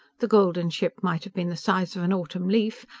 the golden ship might have been the size of an autumn leaf,